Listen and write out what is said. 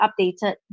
updated